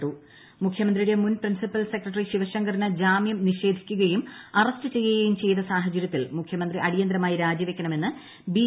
സ്വർണ്ണക്കടത്ത് കൃഷ്ണദാസ് മുഖ്യമന്ത്രിയുടെ മുൻ പ്രിൻസിപ്പൽ സെക്രട്ടറി ശിവശങ്കറിന് ജാമ്യം നിഷേധിക്കുകയും അറസ്റ്റുചെയ്യുകയും ചെയ്ത സാഹചര്യത്തിൽ മുഖ്യമന്ത്രി അടിയന്തിരമായ രാജി വെക്കണമെന്ന് ബി